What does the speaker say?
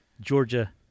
Georgia